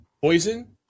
Poison